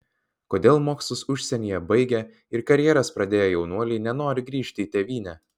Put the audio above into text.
kodėl mokslus užsienyje baigę ir karjeras pradėję jaunuoliai nenori grįžti į tėvynę